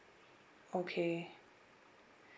okay